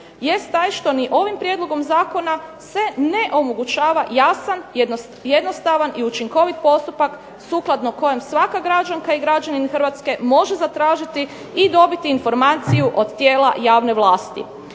jest taj što ni ovim prijedlogom zakona se ne omogućava jasan, jednostavan i učinkovit postupak sukladno kojem svaka građanka i građanin Hrvatske može zatražiti i dobiti informaciju od tijela javne vlasti.